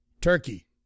Turkey